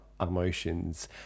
emotions